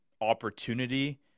opportunity